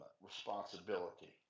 responsibility